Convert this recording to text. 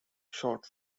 short